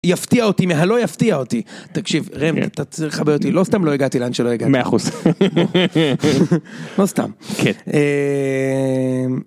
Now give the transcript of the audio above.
יפתיע אותי מהלוא יפתיע אותי, תקשיב רמי אתה צריך לחבר אותי, לא סתם לא הגעתי לאן שלא הגעתי, 100%, לא סתם.